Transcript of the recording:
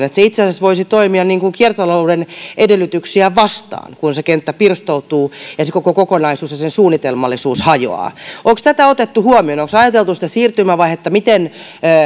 että se itse asiassa voisi toimia kiertotalouden edellytyksiä vastaan kun se kenttä pirstoutuu ja koko se kokonaisuus ja sen suunnitelmallisuus hajoaa onko tätä otettu huomioon onko ajateltu sitä siirtymävaihetta miten